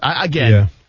Again